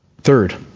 Third